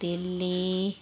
Delhi